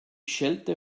schelte